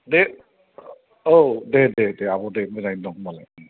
दे औ दे दे दे आब' दे मोजाङै दंबालाय